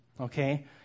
Okay